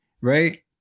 right